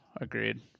agreed